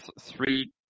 three